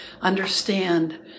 understand